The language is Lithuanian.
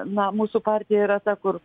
na mūsų partija yra ta kur